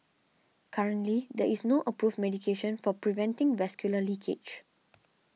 currently there is no approved medication for preventing vascular leakage